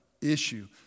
issue